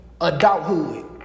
adulthood